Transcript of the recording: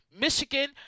Michigan